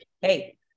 hey